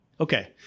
Okay